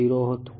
જે હતું